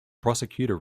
prosecutor